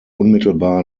unmittelbar